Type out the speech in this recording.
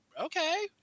okay